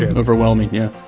overwhelming. yeah